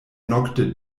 nokte